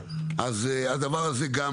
אז הדבר הזה גם